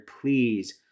Please